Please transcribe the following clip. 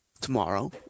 Tomorrow